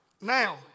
Now